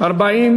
(תיקון,